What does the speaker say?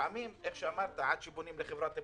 לפעמים כפי שאמרת עד שפונים לחברת הביטוח,